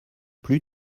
plus